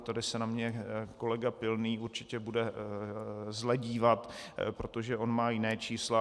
Tady se na mě kolega Pilný určitě bude zle dívat, protože on má jiná čísla.